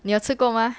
你有吃过 mah